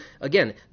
again